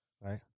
right